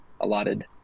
allotted